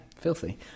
filthy